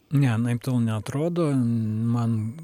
ne anaiptol neatrodo man